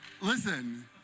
listen